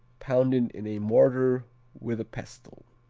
pounded in a mortar with a pestle.